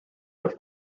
have